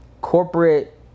corporate